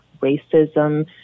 racism